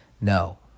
no